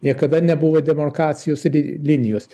niekada nebuvo demarkacijos ri linijos